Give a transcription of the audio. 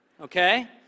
Okay